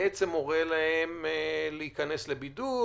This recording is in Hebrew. שבעצם מורה להם להיכנס לבידוד,